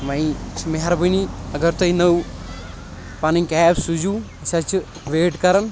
وۄنۍ چھ مہربأنی اگر تُہۍ نٔو پنٔنۍ کیب سوٗزِو أسۍ حظ چھ ویٹ کران